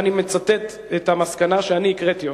אני מצטט את המסקנה שאני הקראתי: